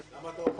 פועל